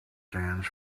stands